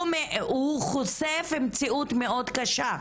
הוא חושף מציאות מאוד קשה.